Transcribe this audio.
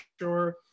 sure